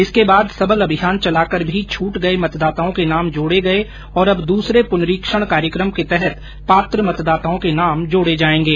इसके बाद सबल अभियान चलाकर भी छूट गये मतदाताओं के नाम जोड़े गए और अब दूसरे पुनरीक्षण कार्यक्रम के तहत पात्र मतदाताओं के नाम जोड़े जाएंगे